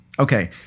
Okay